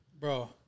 bro